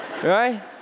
Right